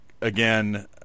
again